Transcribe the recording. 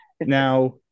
now